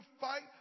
fight